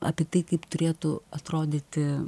apie tai kaip turėtų atrodyti